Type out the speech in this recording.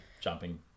jumping